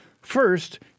First